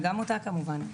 וגם אותה כמובן.